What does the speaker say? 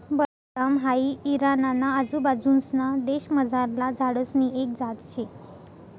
बदाम हाई इराणा ना आजूबाजूंसना देशमझारला झाडसनी एक जात शे